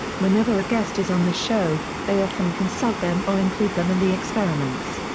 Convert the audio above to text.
whenever a guest is on the show, they often consult them or include them in the experiments.